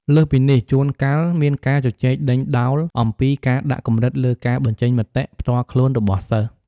លើសពីនេះ ជួនកាលមានការជជែកដេញដោលអំពីការដាក់កម្រិតលើការបញ្ចេញមតិផ្ទាល់ខ្លួនរបស់សិស្ស។